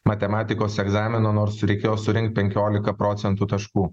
matematikos egzamino nors reikėjo surinkt penkiolika procentų taškų